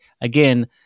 again